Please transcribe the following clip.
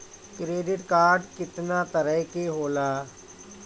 Credit card कितना तरह के होला?